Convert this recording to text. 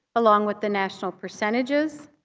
along with the national percentages.